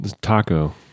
taco